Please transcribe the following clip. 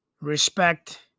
respect